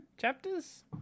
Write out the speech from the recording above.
chapters